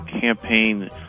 campaign